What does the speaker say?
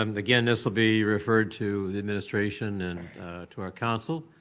um again, this will be you referred to the administration and to our counsel.